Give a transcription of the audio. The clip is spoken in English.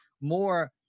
more